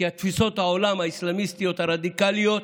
כי תפיסות העולם האסלאמיסטיות הרדיקליות